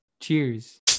Cheers